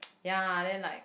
ya then like